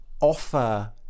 offer